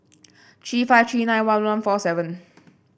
three five three nine one one four seven